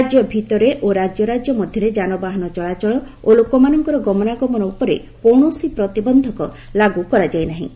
ରାଜ୍ୟ ଭିତରେ ଓ ରାଜ୍ୟ ରାଜ୍ୟ ମଧ୍ୟରେ ଯାନବାହନ ଚଳାଚଳ ଓ ଲୋକମାନଙ୍କର ଗମନାଗମନ ଉପରେ କୌଣସି ପ୍ରତିବନ୍ଧକ ଲାଗୁ କରାଯାଇନାହିଁ